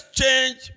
change